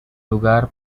lugar